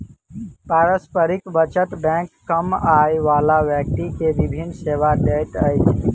पारस्परिक बचत बैंक कम आय बला व्यक्ति के विभिन सेवा दैत अछि